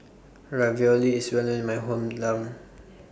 Ravioli IS Well known in My Home down